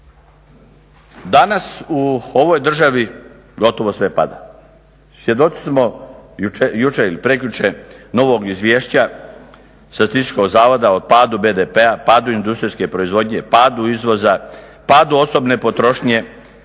Danas u ovoj državi gotovo sve pada, svjedoci smo, jučer ili prekjučer novog izvješća Statističkog zavoda o padu BDP-a, padu industrijske proizvodnje, padu izvoza, padu osobne potrošnje,